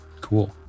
cool